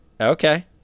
Okay